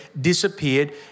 disappeared